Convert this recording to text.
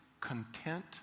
content